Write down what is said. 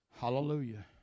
Hallelujah